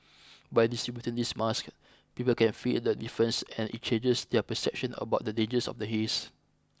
by distributing these masks people can feel the difference and it changes their perception about the dangers of the haze